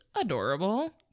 adorable